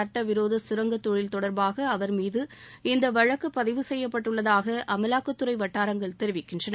சட்டவிரோத கரங்கத் தொழில் தொடர்பாக அவர் மீது இந்த வழக்குப் பதிவு செய்யப்பட்டுள்ளதாக அமலாக்கத்துறை வட்டாரங்கள் தெரிவிக்கின்றன